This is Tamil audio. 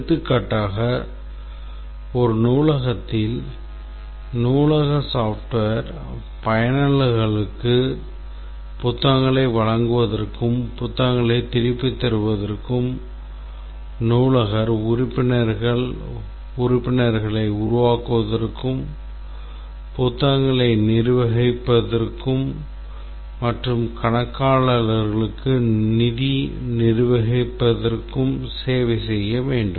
எடுத்துக்காட்டாக ஒரு நூலகத்தில் நூலக software பயனர்களுக்கு புத்தகங்களை வழங்குவதற்கும் புத்தகங்களைத் திருப்பித் தருவதற்கும் நூலகர் உறுப்பினர்களை உருவாக்குவதற்கும் புத்தகங்களை நிர்வகிப்பதற்கும் மற்றும் கணக்காளருக்கு நிதி நிர்வகிப்பதற்கும் சேவை செய்ய வேண்டும்